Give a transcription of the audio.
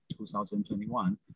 2021